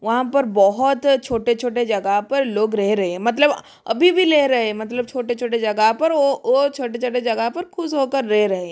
वहाँ पर बहुत छोटे छोटे जगह पर लोग रह रहे है मतलब अभी भी रह रहे है मतलब छोटे छोटे जगह पर वो वो छोटे छोटे जगह पर खुश होकर रह रहे है